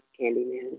candyman